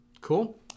Cool